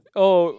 oh